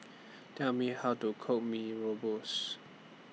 Tell Me How to Cook Mee Rebus